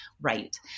right